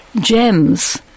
gems